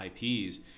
ips